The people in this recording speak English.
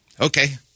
Okay